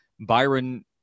Byron